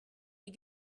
you